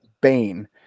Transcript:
Bane